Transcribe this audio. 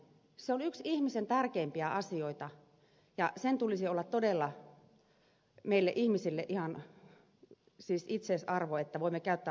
se on yksi ihmisen tärkeimpiä asioita ja sen tulisi olla todella meille ihmisille ihan itseisarvo että voimme käyttää omaa kieltä